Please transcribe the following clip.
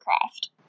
craft